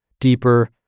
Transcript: deeper